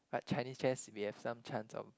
but Chinese chess we have some chance of